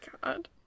god